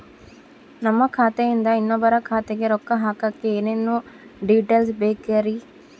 ನಮ್ಮ ಖಾತೆಯಿಂದ ಇನ್ನೊಬ್ಬರ ಖಾತೆಗೆ ರೊಕ್ಕ ಹಾಕಕ್ಕೆ ಏನೇನು ಡೇಟೇಲ್ಸ್ ಬೇಕರಿ?